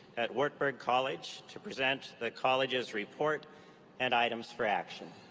at wartburg college to present the college's report and items for action.